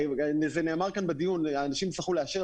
ונאמר כאן בדיון שאנשים יצטרכו לאשר,